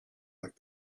like